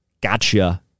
Gotcha